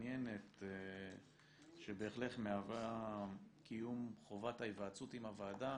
המעניינת שבהחלט מהווה קיום חובת ההיוועצות עם הוועדה.